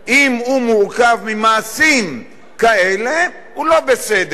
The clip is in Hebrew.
אם הוא מורכב ממעשים כאלה, הוא לא בסדר.